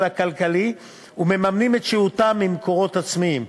הכלכלי ומממנים את שהותם ממקורות עצמיים.